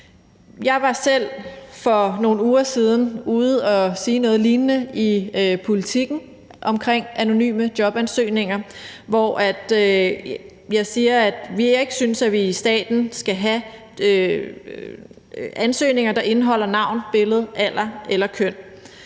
Jeg var selv for nogle uger siden ude at sige noget lignende i Politiken omkring anonyme jobansøgninger, hvor jeg siger, at jeg ikke synes, at vi i staten skal have ansøgninger, der indeholder navn, billede, alder eller køn,